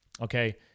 Okay